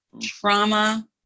Trauma